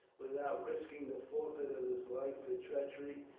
without risking the forfeit of his life for treachery,